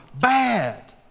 bad